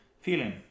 Feeling